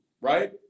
right